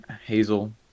hazel